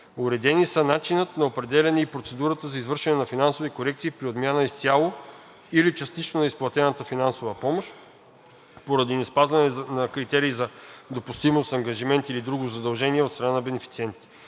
Уредени са начинът на определяне и процедурата за извършване на финансови корекции при отмяна изцяло или частично на изплатена финансова помощ поради неспазване на критерии за допустимост, ангажимент или друго задължение от страна на бенефициентите.